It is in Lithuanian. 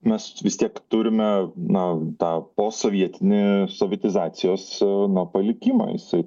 mes vis tiek turime na tą posovietinį sovietizacijos na palikimą jisai